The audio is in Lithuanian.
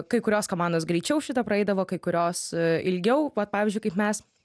kai kurios komandos greičiau šitą praeidavo kai kurios ilgiau vat pavyzdžiui kaip mes